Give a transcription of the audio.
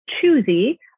choosy